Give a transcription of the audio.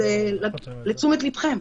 לתשומת לבכם.